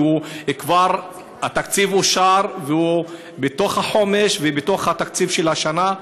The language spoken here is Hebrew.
כי התקציב כבר אושר והוא בתוך תוכנית החומש ובתוך התקציב של השנה.